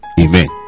Amen